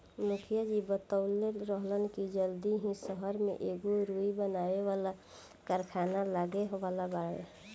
मुखिया जी बतवले रहलन की जल्दी ही सहर में एगो रुई बनावे वाला कारखाना लागे वाला बावे